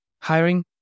Hiring